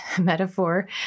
metaphor